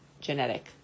genetic